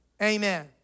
Amen